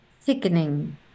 thickening